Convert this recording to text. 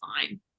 fine